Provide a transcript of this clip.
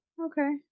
okay